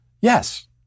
Yes